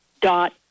dot